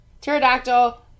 Pterodactyl